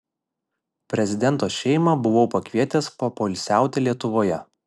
prezidento šeimą buvau pakvietęs papoilsiauti lietuvoje